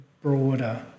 broader